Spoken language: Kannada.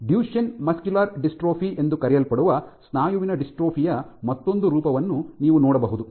ಡುಚೆನ್ ಮಸ್ಕ್ಯುಲರ್ ಡಿಸ್ಟ್ರೋಫಿ ಎಂದು ಕರೆಯಲ್ಪಡುವ ಸ್ನಾಯುವಿನ ಡಿಸ್ಟ್ರೋಫಿ ಯ ಮತ್ತೊಂದು ರೂಪವನ್ನು ನೀವು ನೋಡಬಹುದು